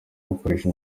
gukoresha